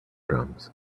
drums